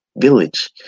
Village